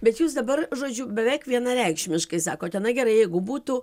bet jūs dabar žodžiu beveik vienareikšmiškai sakote na gerai jeigu būtų